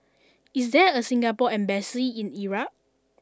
is there a Singapore embassy in Iraq